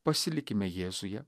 pasilikime jėzuje